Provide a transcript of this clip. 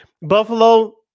Buffalo